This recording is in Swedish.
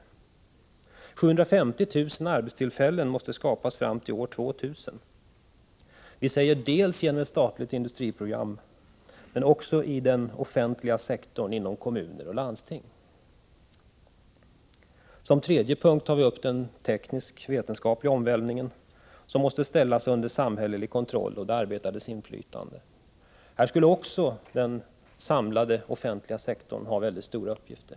Vi säger att 750 000 arbetstillfällen måste skapas fram till år 2000, dels genom ett statligt industriprogram, dels också i den offentliga sektorn inom kommuner och landsting. Under den tredje punkten tar vi upp den teknisk-vetenskapliga omvälvningen, som måste ställas under samhällelig kontroll och de arbetandes inflytande. Här skulle också den samlade offentliga sektorn ha mycket stora uppgifter.